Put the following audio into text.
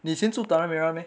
你以前住 tanah merah meh